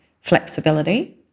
flexibility